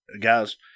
guys